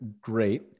great